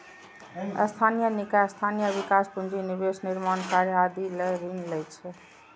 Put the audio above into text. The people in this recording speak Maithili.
स्थानीय निकाय स्थानीय विकास, पूंजी निवेश, निर्माण कार्य आदि लए ऋण लै छै